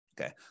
Okay